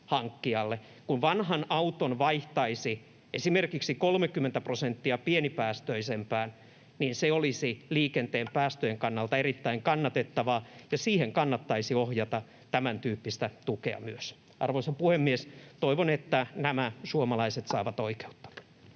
Kun vanhan auton vaihtaisi esimerkiksi 30 prosenttia pienipäästöisempään, niin se olisi liikenteen päästöjen kannalta erittäin kannatettavaa, ja siihen kannattaisi ohjata tämäntyyppistä tukea myös. Arvoisa puhemies! Toivon, että nämä suomalaiset saavat oikeutta.